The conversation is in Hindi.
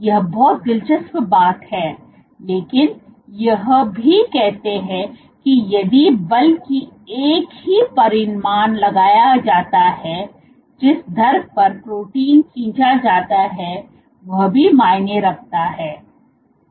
यह बहुत दिलचस्प बात है लेकिन यह भी कहते हैं कि यदि यदि बल की एक ही परिमाण लगाया जाता हैजिस दर पर प्रोटीन खींचा जाता है वह भी मायने रखता है